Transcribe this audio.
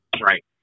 Right